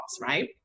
right